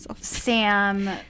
Sam